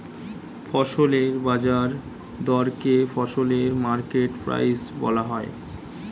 ফসলের বাজার দরকে ফসলের মার্কেট প্রাইস বলা হয়